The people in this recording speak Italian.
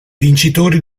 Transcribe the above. vincitori